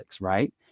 Right